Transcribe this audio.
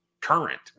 current